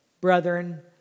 brethren